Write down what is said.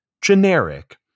Generic